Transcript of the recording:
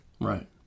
Right